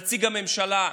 נציג הממשלה,